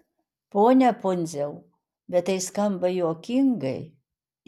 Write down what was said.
pone pundziau bet tai skamba juokingai